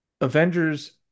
avengers